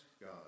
God